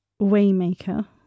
Waymaker